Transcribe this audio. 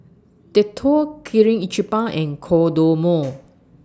Dettol Kirin Ichiban and Kodomo